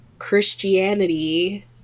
christianity